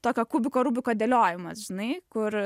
tokio kubiko rubiko dėliojimas žinai kur